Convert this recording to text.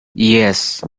yes